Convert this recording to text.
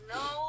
no